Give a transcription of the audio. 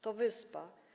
To wyspa.